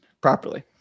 properly